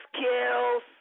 kills